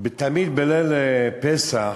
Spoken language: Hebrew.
תמיד בליל פסח,